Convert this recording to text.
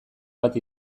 bat